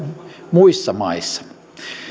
muissa maissa